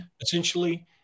essentially